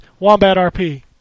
WombatRP